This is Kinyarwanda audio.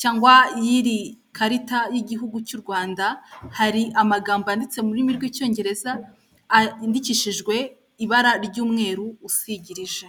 cyangwa y'iri karita y'igihugu cy'u Rwanda hari amagambo yanditse mu rurimi rw'icyongereza yandikishijwe ibara ry'umweru usigirije.